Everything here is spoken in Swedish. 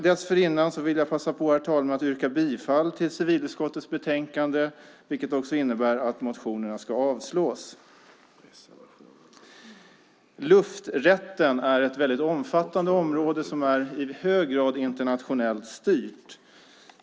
Dessförinnan vill jag passa på, herr talman, att yrka bifall till förslaget i civilutskottets betänkande, vilket också innebär att reservationerna ska avslås. Lufträtten är ett väldigt omfattande område som i hög grad är internationellt styrt.